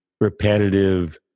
repetitive